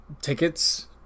Tickets